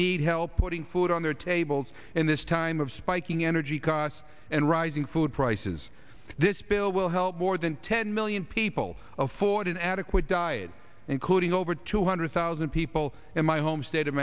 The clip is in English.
need help putting food on their tables and this time of spiking energy costs and rising food prices this bill will help more than ten million people afford an adequate diet including over two hundred thousand people in my home state of